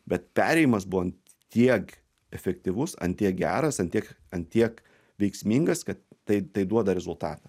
bet perėjimas buvo ant tiek efektyvus ant tiek geras ant tiek ant tiek veiksmingas kad tai tai duoda rezultatą